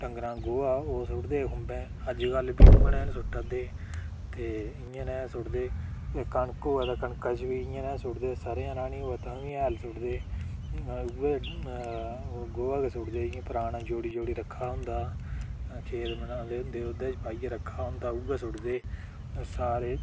डंगरै दा गोहा ओह् सुट्टदे खुम्बै अज्जकल बी उ'यै नेहा न सुट्टै करदे ते इ'यै नेहा सुट्टदे ओह् कनक होऐ ते कनकै च बी इ'यै नेहा सुट्टदे सरेआं राह्नी होऐ तां बी हैल सुट्टदे उ'यै ओह् गोहा गै सुट्टदे इयां पराना जोड़ी जोड़ी रक्खे दा होंदा खेद बनाए दे होंदे ओह्दे च पाइयै रक्खै दा होंदा उ'यै सुट्टदे सारे